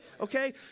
Okay